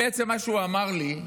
בעצם מה שהוא אמר לי: